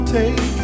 take